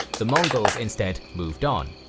the mongols instead moved on.